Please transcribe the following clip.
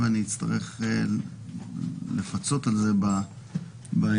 ואני אצטרך לפצות על זה בהמשך.